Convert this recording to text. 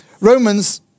Romans